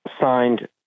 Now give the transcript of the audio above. signed